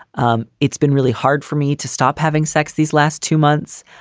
um it's been really hard for me to stop having sex these last two months.